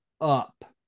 up